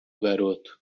garoto